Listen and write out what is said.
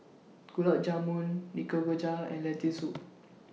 Gulab Jamun Nikujaga and Lentil Soup